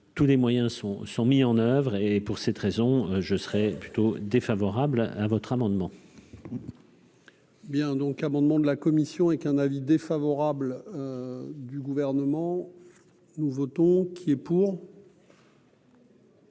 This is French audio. tous les moyens sont sont mis en oeuvre et pour cette raison, je serais plutôt défavorable à votre amendement. Bien donc amendement de la commission et qu'un avis défavorable du gouvernement nous votons, qui est pour.